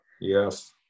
Yes